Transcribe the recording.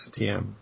TM